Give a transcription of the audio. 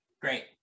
Great